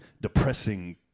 depressing